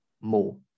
more